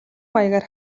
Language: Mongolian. маягаар